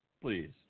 Please